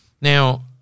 Now